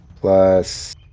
plus